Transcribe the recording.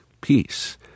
peace